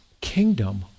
kingdom